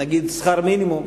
נגיד שכר מינימום,